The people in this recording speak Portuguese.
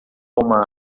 uma